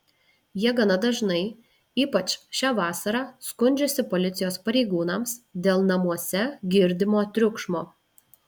jie gana dažnai ypač šią vasarą skundžiasi policijos pareigūnams dėl namuose girdimo triukšmo